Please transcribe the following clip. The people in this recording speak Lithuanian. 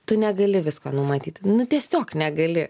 tu negali visko numatyt nu tiesiog negali